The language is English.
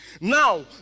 Now